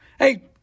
Hey